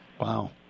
Wow